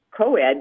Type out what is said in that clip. co-ed